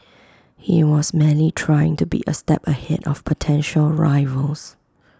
he was merely trying to be A step ahead of potential rivals